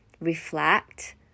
reflect